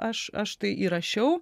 aš aš tai įrašiau